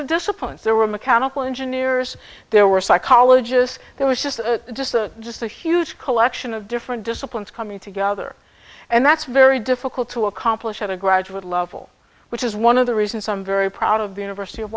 of disciplines there were mechanical engineers there were psychologists there was just a just a just a huge collection of different disciplines coming together and that's very difficult to accomplish at a graduate level which is one of the reasons i'm very proud of the university of